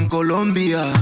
Colombia